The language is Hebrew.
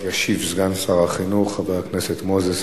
ישיב סגן שר החינוך חבר הכנסת מוזס.